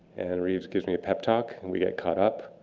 and reeves gives me a pep talk and we get caught up.